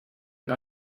mit